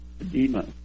edema